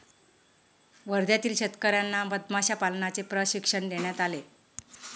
वर्ध्यातील शेतकर्यांना मधमाशा पालनाचे प्रशिक्षण देण्यात आले